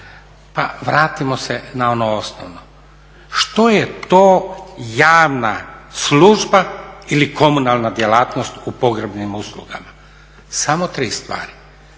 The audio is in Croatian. Pa vratimo se na ono osnovno, što je to javna služba ili komunalna djelatnost u pogrebnim uslugama? Samo tri stvari,